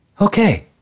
okay